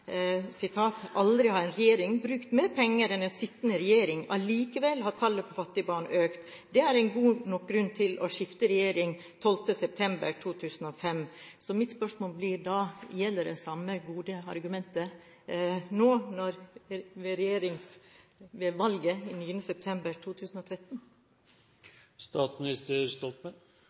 aldri har en regjering brukt mer penger enn den sittende regjering, at allikevel har antallet på fattige barn økt, og det var en god nok grunn til å skifte regjering 12. september 2005. Mitt spørsmål blir da: Gjelder det samme gode argumentet nå